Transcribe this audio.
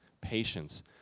patience